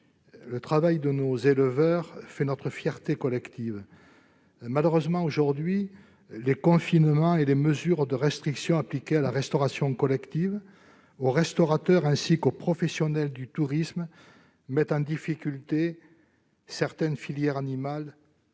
le travail de nos éleveurs fait notre fierté collective. Malheureusement, le confinement et les mesures de restriction appliquées à la restauration collective, aux restaurateurs ainsi qu'aux professionnels du tourisme renforcent aujourd'hui les difficultés que certaines filières animales